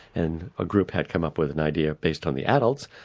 and a group had come up with an idea based on the adults,